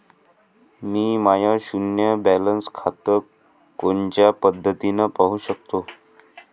मी माय शुन्य बॅलन्स खातं कोनच्या पद्धतीनं पाहू शकतो?